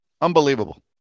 Unbelievable